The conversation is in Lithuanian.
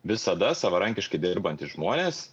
visada savarankiškai dirbantys žmonės